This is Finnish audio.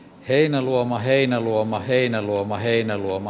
heinäluoma heinäluoma heinäluoma heinäluoma